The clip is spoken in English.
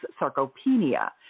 sarcopenia